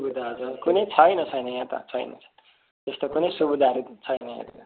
सुविधाहरू कुनै छैन छैन यहाँ त छैन त्यस्तो कुनै सुविदाहरू छैन यहाँनिर